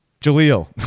Jaleel